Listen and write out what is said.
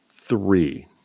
three